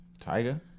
Tiger